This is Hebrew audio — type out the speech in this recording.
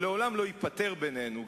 שלעולם לא ייפתר בינינו,